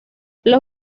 los